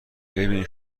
ببین